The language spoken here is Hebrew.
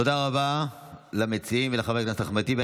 תודה רבה למציעים ולחבר הכנסת אחמד הטיבי.